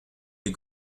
les